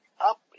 up